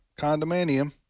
condominium